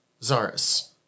Zaris